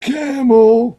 camel